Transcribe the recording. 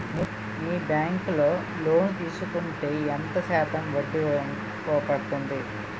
మీ bank లో loan తీసుకుంటే ఎంత శాతం వడ్డీ పడ్తుంది?